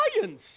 science